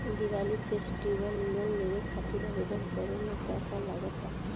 Diwali festival loan लेवे खातिर आवेदन करे म का का लगा तऽ?